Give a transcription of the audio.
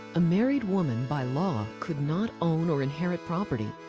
a married woman, by law, could not own or inherit property.